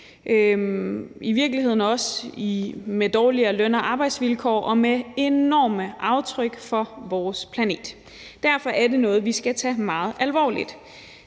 i virkeligheden også med dårligere løn- og arbejdsvilkår og med enorme aftryk for vores planet. Derfor er det noget, vi skal tage meget alvorligt.